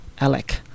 Alec